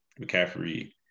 McCaffrey